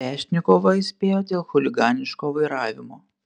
svešnikovą įspėjo dėl chuliganiško vairavimo